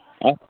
اَتھ